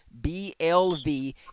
BLV